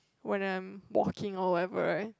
when I'm walking or whatever right